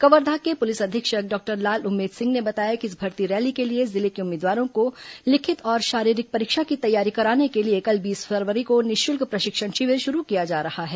कवर्धा के पुलिस अधीक्षक डॉक्टर लाल उमेद सिंह ने बताया कि इस भर्ती रैली के लिए जिले के उम्मीदवारों को लिखित और शारीरिक परीक्षा की तैयारी कराने के लिए कल बीस फरवरी को निःशुल्क प्रशिक्षण शिविर शुरू किया जा रहा है